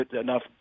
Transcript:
enough